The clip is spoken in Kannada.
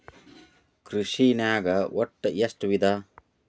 ಕೃಷಿನಾಗ್ ಒಟ್ಟ ಎಷ್ಟ ವಿಧ?